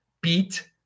beat